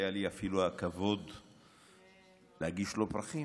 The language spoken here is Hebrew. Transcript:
היה לי אפילו הכבוד להגיש לו פרחים.